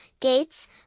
gates